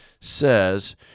says